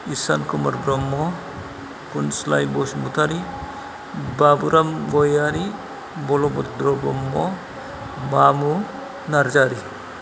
इसान कुमार ब्रह्म खुनस्लाय बसुमतारी बाबुराम गयारी बलभद्र ब्रह्म बामु नार्जारी